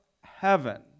heaven